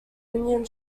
union